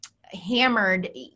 hammered